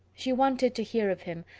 she wanted to hear of him,